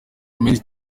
menshi